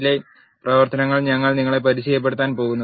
യിലെ പ്രവർത്തനങ്ങൾ ഞങ്ങൾ നിങ്ങളെ പരിചയപ്പെടുത്താൻ പോകുന്നു